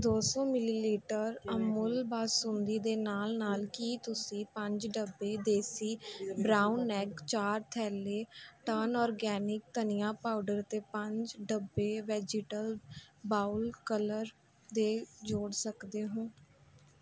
ਦੋ ਸੌ ਮਿਲੀਲੀਟਰ ਅਮੂਲ ਬਾਸੁੰਡੀ ਦੇ ਨਾਲ ਨਾਲ ਕੀ ਤੁਸੀਂ ਪੰਜ ਡੱਬੇ ਦੇਸੀ ਬ੍ਰਾਊਨ ਐੱਗ ਚਾਰ ਥੈਲੇ ਟਰਨ ਆਰਗੈਨਿਕ ਧਨੀਆ ਪਾਊਡਰ ਅਤੇ ਪੰਜ ਡੱਬੇ ਵੈਜੀਟਲ ਬਾਉਲ ਕਲਰ ਦੇ ਜੋੜ ਸਕਦੇ ਹੋ